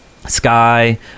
sky